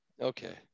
Okay